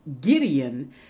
Gideon